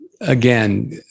again